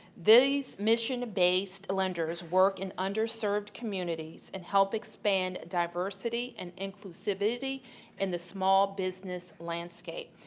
this mission-based lenders work in underserved communities and help expand diversity and inclusivity in the small business landscape.